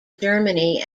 germany